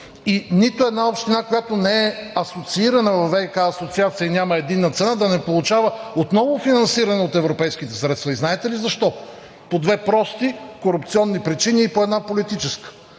и нито една община, която не е асоциирана във ВиК асоциация и няма единна цена, да не получава отново финансиране от европейските средства. И знаете ли защо? По две прости корупционни причини и по една политическа